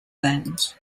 land